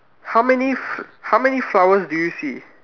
how many f~ how many flowers do you see